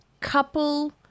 couple